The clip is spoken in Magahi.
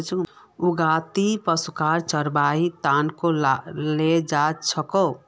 गाँउत पशुक चरव्वार त न ले जा छेक